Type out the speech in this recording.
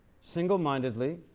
single-mindedly